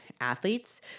athletes